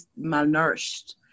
malnourished